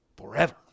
forever